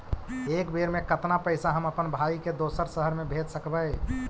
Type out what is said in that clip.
एक बेर मे कतना पैसा हम अपन भाइ के दोसर शहर मे भेज सकबै?